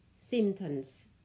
Symptoms